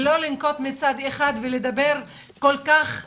לא לנקוט מצד אחד ולדבר כל כך קשה.